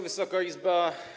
Wysoka Izbo!